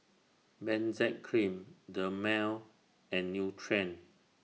Benzac Cream Dermale and Nutren